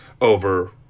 over